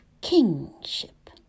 kingship